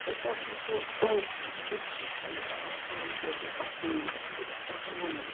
أسۍ اگر وٕچھو بہٕ تہِ چھُس اگر آ عام طور پَر کانٛہہ کٲم کَرٕ بہٕ تہِ چھُس آسان وَنان